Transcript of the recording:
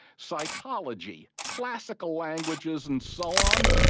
psychology, classical languages and so on?